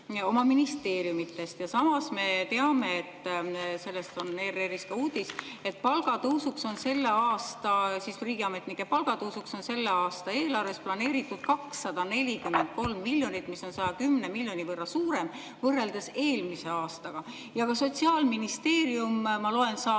oma ministeeriumidest. Samas me teame, sellest on ERR‑is ka uudis, et riigiametnike palga tõusuks on selle aasta eelarves planeeritud 243 miljonit, mis on 110 miljoni võrra suurem võrreldes eelmise aastaga. Ja ka Sotsiaalministeerium, ma loen,